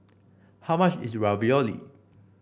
how much is Ravioli